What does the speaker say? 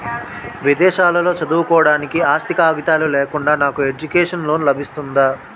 విదేశాలలో చదువుకోవడానికి ఆస్తి కాగితాలు లేకుండా నాకు ఎడ్యుకేషన్ లోన్ లబిస్తుందా?